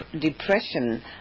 depression